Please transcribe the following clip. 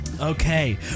Okay